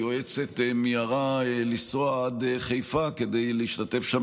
היועצת מיהרה לנסוע עד חיפה כדי להשתתף שם